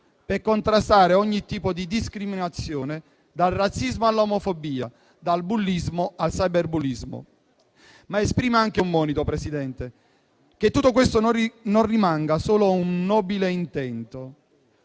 per contrastare ogni tipo di discriminazione, dal razzismo all'omofobia, dal bullismo al cyberbullismo. Esprimo anche un monito, Presidente, affinché tutto questo non rimanga solo un nobile intento,